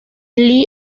lee